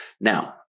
Now